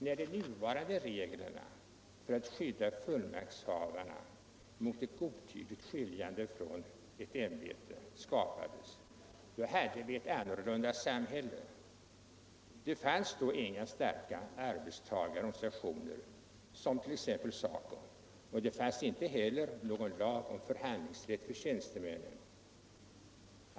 När de nuvarande reglerna för att skydda fullmaktshavarna mot ett godtyckligt skiljande från ett ämbete skapades, var samhället helt annorlunda. Det fanns då inga starka arbetstagarorganisationer som t.ex. SACO, och det fanns inte heller någon lag om förhandlingsrätt för tjänstemännen.